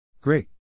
Great